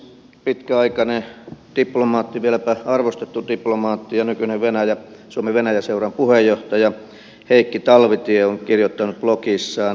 pitkäaikainen diplomaatti vieläpä arvostettu diplomaatti ja nykyinen suomivenäjä seuran puheenjohtaja heikki talvitie on kirjoittanut blogissaan